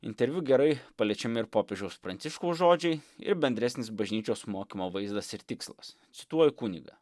interviu gerai paliečiami ir popiežiaus pranciškaus žodžiai ir bendresnis bažnyčios mokymo vaizdas ir tikslas cituoju kunigą